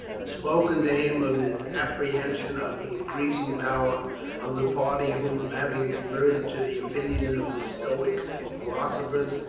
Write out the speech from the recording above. spoken to him of his apprehension of the increasing power of the party who, having reverted to the opinions of the stoic philosophers,